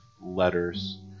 letters